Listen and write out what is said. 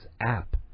app